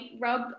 rub